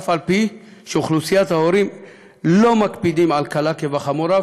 אף-על-פי שבאוכלוסיית ההורים לא מקפידים על קלה כחמורה,